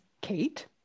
Kate